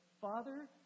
Father